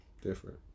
different